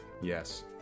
Yes